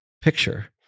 picture